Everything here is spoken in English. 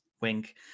wink